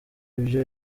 ibyo